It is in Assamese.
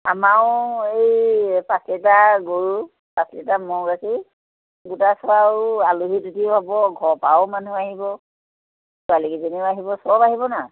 আমাৰো এই পাচ লিটাৰ গৰুৰ পাঁচ লিটাৰ ম'হৰ গাখীৰ গোটাই থোৱাও আলহী অতিথিও হ'ব ঘৰ পৰাও মানুহ আহিব ছোৱালীকেইজনীও আহিব চব আহিব নাই